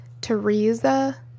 Teresa